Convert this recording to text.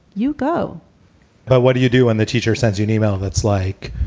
you go, but what do you do when the teacher sends you an email? that's like